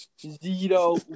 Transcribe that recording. Zero